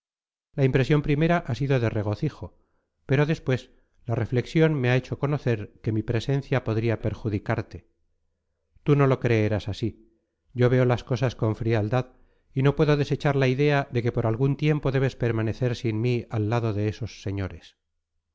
la impresión primera ha sido de regocijo pero después la reflexión me ha hecho conocer que mi presencia podría perjudicarte tú no lo creerás así yo veo las cosas con frialdad y no puedo desechar la idea de que por algún tiempo debes permanecer sin mí al lado de esos señores